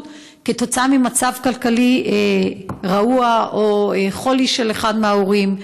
כתוצאה ממצב כלכלי רעוע או חולי של אחד מההורים.